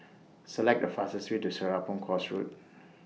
Select The fastest Way to Serapong Course Road